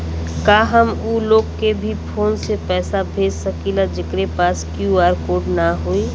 का हम ऊ लोग के भी फोन से पैसा भेज सकीला जेकरे पास क्यू.आर कोड न होई?